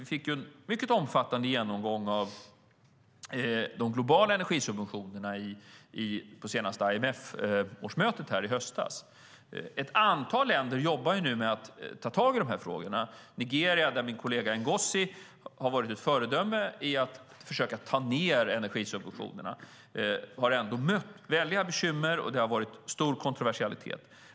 Vi fick ju en mycket omfattande genomgång av de globala energisubventionerna vid det senaste IMF-årsmötet i höstas. Ett antal länder jobbar nu med att ta tag i dessa frågor. I Nigeria har min kollega Ngozi varit ett föredöme i att försöka minska energisubventionerna. Han har mött stora bekymmer och stor kontroversialitet.